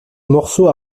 morceau